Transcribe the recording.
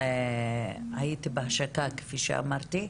הייתי בהשקה כפי שאמרתי,